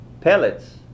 pellets